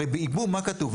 הרי בייבום מה כתוב?